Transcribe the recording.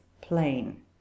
plain